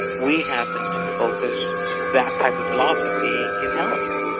we happen to focus that type of philosophy in healthcare.